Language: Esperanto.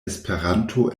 esperanto